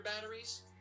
batteries